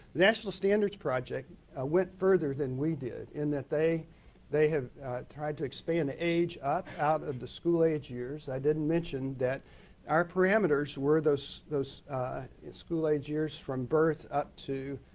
the national standards project ah went further than we did in that they they had tried to expand the age out of the school-aged years. i did mention that our parameters were those those school-aged years from birth up to